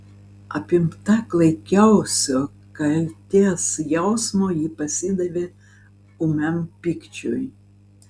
apimta klaikiausio kaltės jausmo ji pasidavė ūmiam pykčiui